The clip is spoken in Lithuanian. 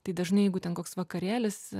tai dažnai jeigu ten koks vakarėlis